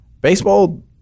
Baseball